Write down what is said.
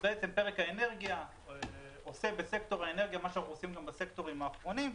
פרק האנרגיה עושה בסקטור האנרגיה מה שאנחנו עושים גם בסקטורים האחרונים.